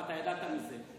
ואתה ידעת מזה.